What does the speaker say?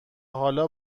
حالا